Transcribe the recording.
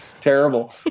terrible